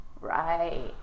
right